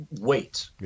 wait